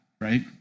right